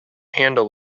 handle